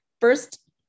First